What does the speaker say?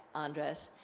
andreas,